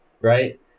right